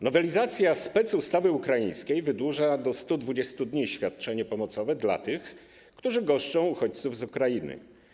Nowelizacja specustawy ukraińskiej wydłuża do 120 dni świadczenie pomocowe dla tych, którzy goszczą uchodźców z Ukrainy.